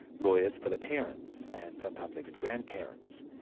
lawyers for the parents, and sometimes even grandparents.